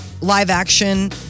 live-action